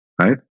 right